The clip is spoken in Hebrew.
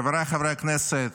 חבריי חברי הכנסת,